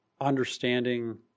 understanding